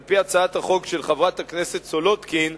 על-פי הצעת החוק של חברת הכנסת סולודקין,